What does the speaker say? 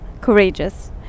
courageous